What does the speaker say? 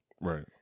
Right